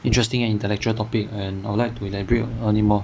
interesting and intellectual topic and I would like to elaborate a bit anymore